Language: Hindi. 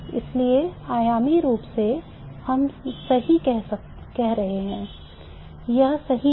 इसलिए आयामी रूप से हम सही कह रहे हैं यह सही है